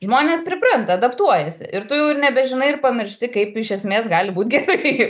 žmonės pripranta adaptuojasi ir tu jau nebežinai ir pamiršti kaip iš esmės gali būt gerai